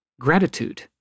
Gratitude